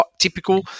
typical